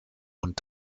und